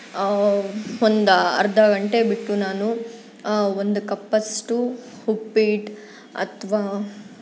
ಒಂದು ಅರ್ಧ ಗಂಟೆ ಬಿಟ್ಟು ನಾನು ಒಂದು ಕಪ್ಪಷ್ಟು ಉಪ್ಪಿಟ್ಟ್ ಅಥವಾ